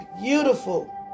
beautiful